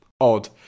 odd